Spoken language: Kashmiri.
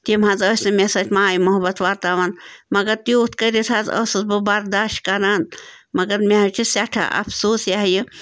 تِم حظ ٲسۍ نہٕ مےٚ سۭتۍ ماے محبت وَرتاوان مگر تیوٗت کٔرِتھ حظ ٲسٕس بہٕ برداشت کران مگر مےٚ حظ چھِ سٮ۪ٹھاہ اَفسوٗس یہِ ہَہ یہِ